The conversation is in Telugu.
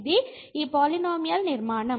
ఇది ఈ పాలినోమియల్ నిర్మాణం